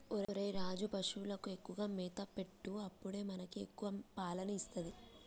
ఒరేయ్ రాజు, పశువులకు ఎక్కువగా మేత పెట్టు అప్పుడే మనకి ఎక్కువ పాలని ఇస్తది